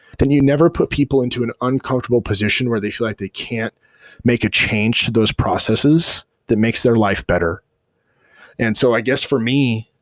then you never put people into an uncomfortable position where they feel like they can't make a change to those processes that makes their life better and so i guess for me,